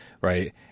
right